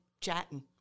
chatting